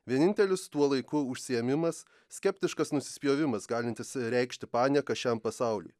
vienintelis tuo laiku užsiėmimas skeptiškas nusispjovimas galintis reikšti panieką šiam pasauliui